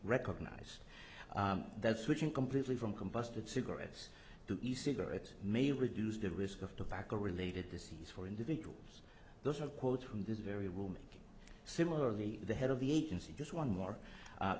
recognize that switching completely from combusted cigarettes to easier it may reduce the risk of tobacco related disease for individuals those are quotes from this very woman similarly the head of the agency just one more